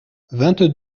vingt